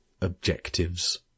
objectives